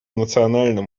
национальным